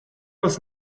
was